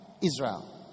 Israel